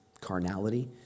carnality